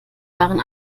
waren